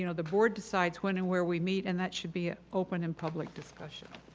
you know the board decides when and where we meet and that should be open in public discussion.